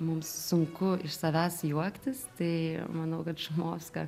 mums sunku iš savęs juoktis tai manau kad šumovska